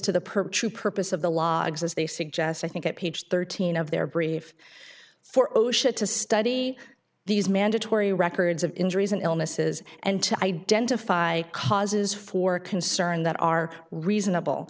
true purpose of the logs as they suggest i think at page thirteen of their brief for osha to study these mandatory records of injuries and illnesses and to identify causes for concern that are reasonable